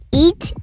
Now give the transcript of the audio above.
eat